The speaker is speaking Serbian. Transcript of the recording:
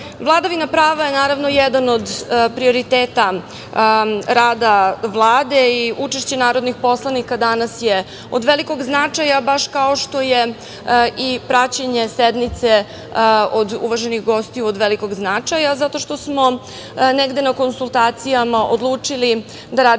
plenumu. Vladavina prava je jedan od prioriteta rada Vlade i učešće narodnih poslanika danas je od velikog značaja, baš kao što je i praćenje sednice od uvaženih gostiju od velikog značaja, zato što smo negde na konsultacijama odlučili da radimo